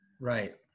right